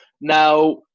Now